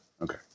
Okay